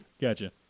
Gotcha